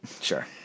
Sure